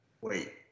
Wait